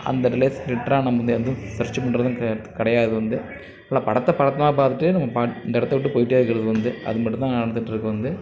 அதை ரிலேஸ் லிட்டரா நம்ம வந்து எதுவும் சர்ச் பண்ணுறதும் கெயாது கிடையாது வந்து நல்ல படத்தை படத்தமா பார்த்துட்டு நம்ம பாட் இந்த இடத்த விட்டு போய்ட்டே இருக்கிறது வந்து அது மட்டுந்தான் நடந்துட்டு இருக்குது வந்து